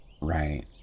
right